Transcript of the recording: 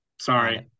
Sorry